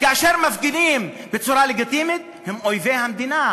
כאשר הם מפגינים בצורה לגיטימית, הם אויבי המדינה,